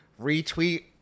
retweet